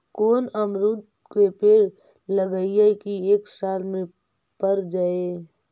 कोन अमरुद के पेड़ लगइयै कि एक साल में पर जाएं?